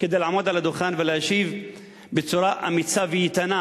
כדי לעמוד על הדוכן ולהשיב בצורה אמיצה ואיתנה